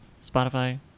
Spotify